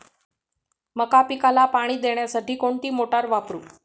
मका पिकाला पाणी देण्यासाठी कोणती मोटार वापरू?